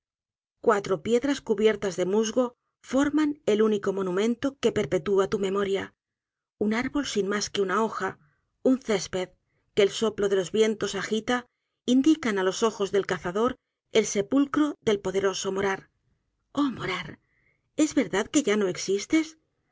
cuatro piedras cubiertas de musgo forman el único monumento que perpetúa tu memoria un árbol sin mas que una hoja un césped que el soplo de los vientos agita indican á los ojos del cazador el sepulcro del poderoso morar oh morar es verdad que ya no existes